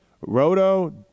Roto